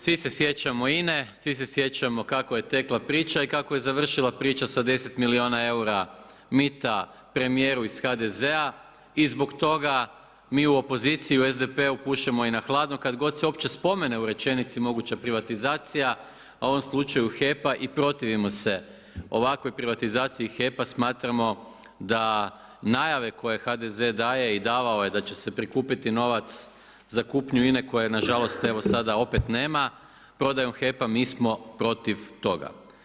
Svi se sjećamo INA-e, svi se sjećamo kako je tekla priča i kako je završila priča sa 10 milijuna eura mita premijeru iz HDZ-a i zbog toga mi u opoziciji u SDP-u pušemo i na hladno, kada god se uopće spomene u rečenici moguća privatizacija u ovom slučaju HEP-a i protivimo se ovakvoj privatizaciji HEP-a. smatramo da najave koje HDZ daje i davao je da će se prikupiti novac za kupnju INA-e koje nažalost evo sada opet nema, prodajom HEP-a mi smo protiv toga.